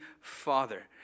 Father